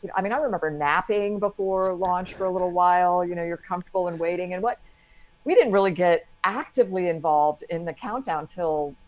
i mean, i remember napping before launch for a little while. you know, you're comfortable and waiting. and what we didn't really get actively involved in the countdown until,